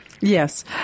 Yes